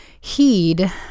Heed